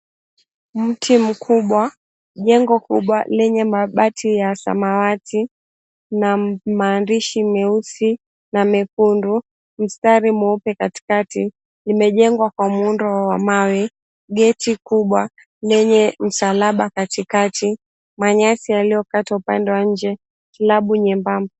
Mti mkubwa, jengo kubwa lenye mabati ya samawati na maandishi meusi na mekundu, mstari mweupe katikati, limejengwa kwa muundo wa mawe, geti kubwa lenye msalaba katikati, manyasi yaliyokatwa upande wa nje, klabu nyembamba.